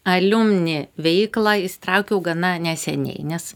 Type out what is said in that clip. aliumni veiklą įsitraukiau gana neseniai nes